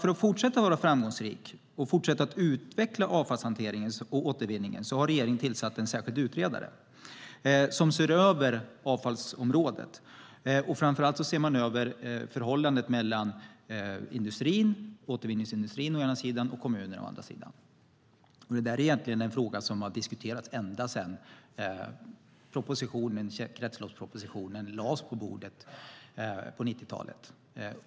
För att fortsätta vara framgångsrik och fortsätta att utveckla avfallshanteringen och återvinningen har regeringen tillsatt en särskild utredare som ser över avfallsområdet. Framför allt ser man över förhållandet mellan återvinningsindustrin å ena sidan och kommunerna å andra sidan. Detta är en fråga som egentligen har diskuterats ända sedan kretsloppspropositionen lades på bordet på 90-talet.